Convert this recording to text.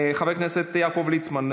חבר הכנסת יעקב ליצמן,